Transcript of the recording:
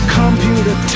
computer